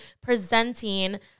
presenting